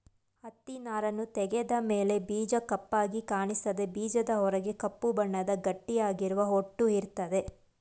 ಹತ್ತಿನಾರನ್ನು ತೆಗೆದ ಮೇಲೆ ಬೀಜ ಕಪ್ಪಾಗಿ ಕಾಣಿಸ್ತದೆ ಬೀಜದ ಹೊರಗೆ ಕಪ್ಪು ಬಣ್ಣದ ಗಟ್ಟಿಯಾಗಿರುವ ಹೊಟ್ಟು ಇರ್ತದೆ